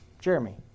Jeremy